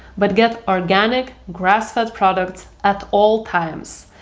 but get organic, grass fed products, at all times.